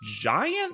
giant